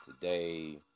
today